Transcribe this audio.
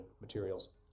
materials